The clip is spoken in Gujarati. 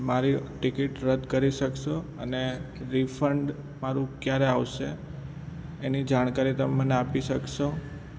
મારી ટિકિટ રદ કરી શકશો અને રિફંડ મારું ક્યારે આવશે એની જાણકારી તમે મને આપી શકશો